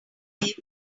live